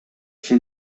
się